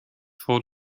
for